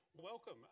Welcome